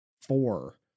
four